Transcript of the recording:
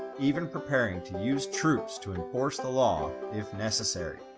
even preparing to use troops to enforce the law if necessary.